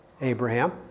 Abraham